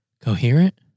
coherent